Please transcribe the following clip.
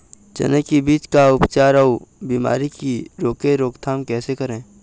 चने की बीज का उपचार अउ बीमारी की रोके रोकथाम कैसे करें?